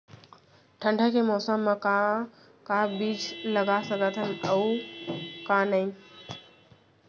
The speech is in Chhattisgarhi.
ठंडा के मौसम मा का का बीज लगा सकत हन अऊ का नही?